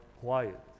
quiet